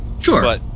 Sure